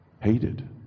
hated